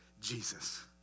Jesus